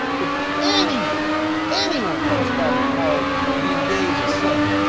if anyone anyone talks about how being gay is a sin,